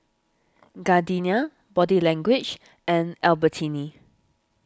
Gardenia Body Language and Albertini